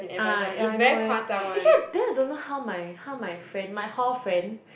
ah ya I know eh actually then I don't know how my how my friend my hall friend